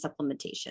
supplementation